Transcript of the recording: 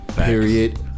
Period